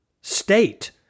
state